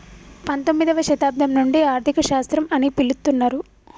పంతొమ్మిదవ శతాబ్దం నుండి ఆర్థిక శాస్త్రం అని పిలుత్తున్నరు